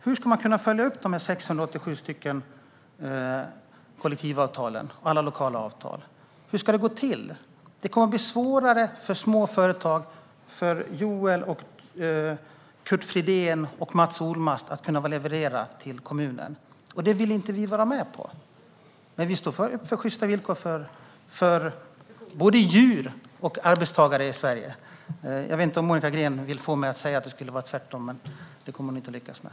Hur ska man kunna följa upp de 687 kollektivavtalen och alla lokala avtal? Hur ska det gå till? Det kommer att bli svårare för små företag - för Joel, Kurt Fridén och Mats Olmats - att leverera till kommunen. Det vill inte vi vara med på. Vi står för sjysta villkor för både djur och arbetstagare i Sverige. Jag vet inte om Monica Green vill få mig att säga något annat, men det kommer hon inte att lyckas med.